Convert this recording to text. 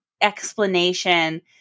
explanation